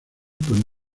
con